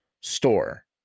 store